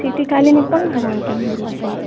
city कालीमे कोन भगवानके मंदिर छै